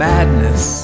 Madness